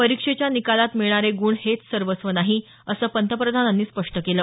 परीक्षेच्या निकालात मिळणारे गुण हेच सर्वस्व नाही असं पंतप्रधानांनी स्पष्ट केलं